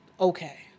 okay